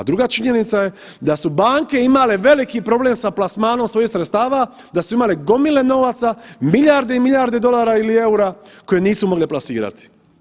A druga činjenica je da su banke imale veliki problem sa plasmanom svojih sredstava, da su imale gomile novaca, milijarde i milijarde dolara ili eura koje nisu mogle plasirati.